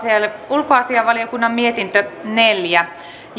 ulkoasiainvaliokunnan mietintö neljä